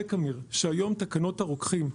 אמיר ניצן צודק שהיום תקנות הרוקחים,